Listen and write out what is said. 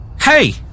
Hey